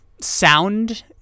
sound